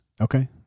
Okay